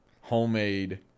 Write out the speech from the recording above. homemade